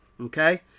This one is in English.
Okay